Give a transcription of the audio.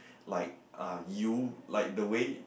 like uh you like the way